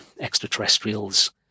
extraterrestrials